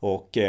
Och